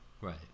Right